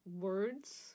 words